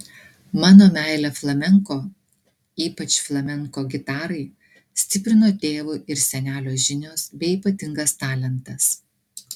mano meilę flamenko ypač flamenko gitarai stiprino tėvo ir senelio žinios bei ypatingas talentas